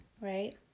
Right